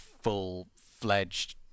full-fledged